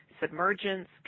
submergence